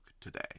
today